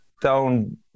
down